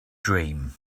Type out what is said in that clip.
dream